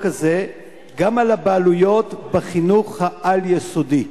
הזה גם על הבעלויות בחינוך העל-יסודי.